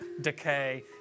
decay